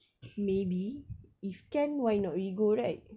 maybe if can why not we go right